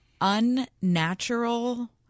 unnatural